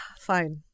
Fine